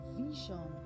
vision